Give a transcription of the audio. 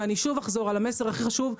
ואני שוב אחזור על המסר הכי חשוב,